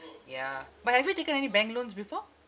ya but have you taken any bank loans before